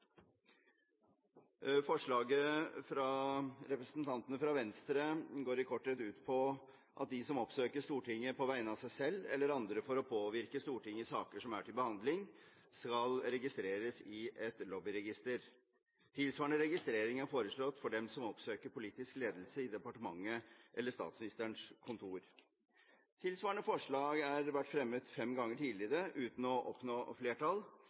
Forslaget fra representantene fra Venstre går i korthet ut på at de som oppsøker Stortinget på vegne av seg selv eller andre for å påvirke Stortinget i saker som er til behandling, skal registreres i et lobbyregister. Tilsvarende registrering er foreslått for dem som oppsøker politisk ledelse i departementet eller på Statsministerens kontor. Tilsvarende forslag har vært fremmet fem ganger tidligere uten å oppnå flertall.